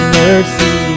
mercy